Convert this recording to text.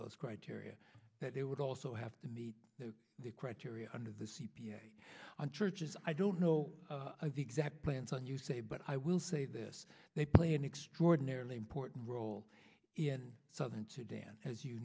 those criteria that they would also have to meet the criteria under the c p a on churches i don't know the exact plans when you say but i will say this they play an extraordinarily important role in southern sudan as you